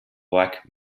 black